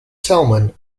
salmon